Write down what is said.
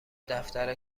دفتر